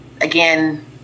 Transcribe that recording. again